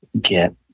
get